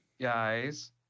guys